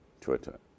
Twitter